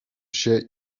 się